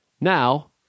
Now